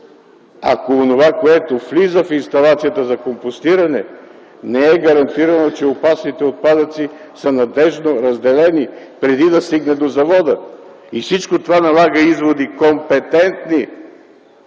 ако онова, което влиза в инсталацията за компостиране, не е гарантирано, че опасните отпадъци са надеждно разделени преди да стигне до завода. Всичко това налага компетентни